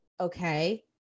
Okay